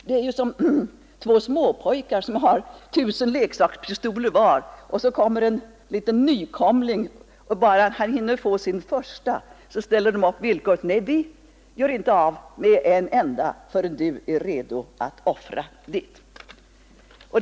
Det är som två småpojkar som har tusen leksakspistoler var, så kommer en nykomling som har fått sin första pistol, och då uppställer man villkoret: Nej, vi offrar inte en enda förrän du är redo att göra dig av med din.